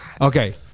Okay